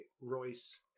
royce